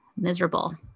miserable